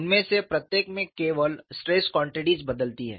उनमें से प्रत्येक में केवल स्ट्रेस क्वांटीटीज बदलती हैं